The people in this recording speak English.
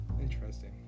Interesting